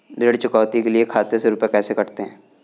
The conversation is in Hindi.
ऋण चुकौती के लिए खाते से रुपये कैसे कटते हैं?